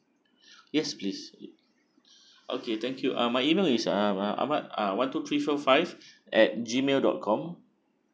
yes please okay thank you uh my email is uh ahmad uh one two three four five at G mail dot com